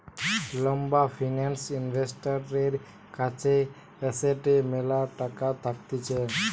লম্বা ফিন্যান্স ইনভেস্টরের কাছে এসেটের ম্যালা টাকা থাকতিছে